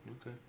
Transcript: Okay